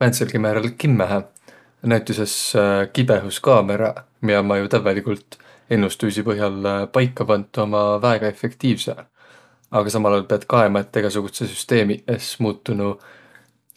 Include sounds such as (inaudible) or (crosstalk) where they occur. Määntselgi määräl kimmähe. Näütüses (hesitation) kibõhuskaamõraq, miä ommaq jo tävveligult ennustuisi põh'al paika pantuq, ommaq väega efektiivseq. Aga smal aol piät kaema, egäsugudsõq süsteemiq es muutunuq